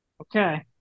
okay